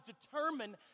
determined